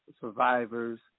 survivors